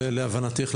להבנתך,